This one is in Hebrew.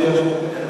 זה מה שיהיה עכשיו.